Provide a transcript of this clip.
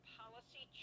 policy